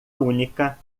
única